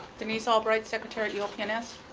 denise albright, secretary at e l. kennis.